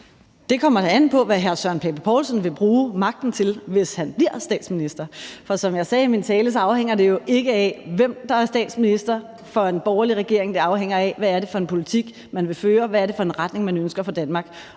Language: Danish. Det kommer da an på, hvad hr. Søren Pape Poulsen vil bruge magten til, hvis han bliver statsminister. For som jeg sagde i min tale, afhænger det jo ikke af, hvem der er statsminister for en borgerlig regering. Det afhænger af, hvad det er for en politik, man vil føre, og hvad det er for en retning, man ønsker for Danmark.